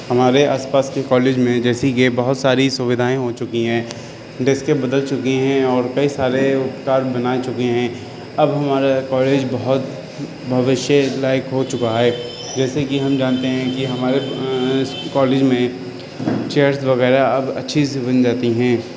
ہمارے آس پاس کے کالج میں جیسی کہ بہت ساری سودھائیں ہو چکی ہیں ڈیسکیں بدل چکی ہیں اور کئی سارے اپکار بنا چکے ہیں اب ہمارا کالج بہت بھوشیہ لائق ہو چکا ہے جیسے کہ ہم جانتے ہیں کہ ہمارے کالج میں چیئرس وغیرہ اب اچھی سے بن جاتی ہیں